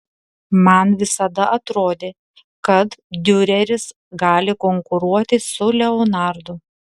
man visada atrodė kad diureris gali konkuruoti su leonardu